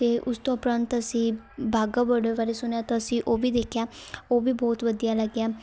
ਅਤੇ ਉਸ ਤੋਂ ਉਪਰੰਤ ਅਸੀਂ ਵਾਹਗਾ ਬੋਰਡਰ ਬਾਰੇ ਸੁਣਿਆ ਤਾਂ ਅਸੀਂ ਉਹ ਵੀ ਦੇਖਿਆ ਉਹ ਵੀ ਬਹੁਤ ਵਧੀਆ ਲੱਗਿਆ